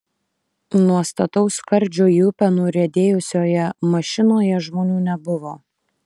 nuo stataus skardžio į upę nuriedėjusioje mašinoje žmonių nebuvo